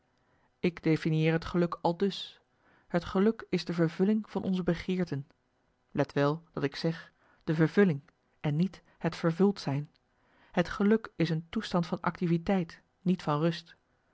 ik definieer het geluk aldus het geluk is de vervulling van onze begeerten let wel dat ik zeg de vervulling en niet het vervuld zijn het geluk is een toestand van activiteit niet van rust